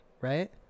Right